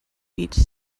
beach